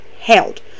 held